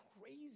crazy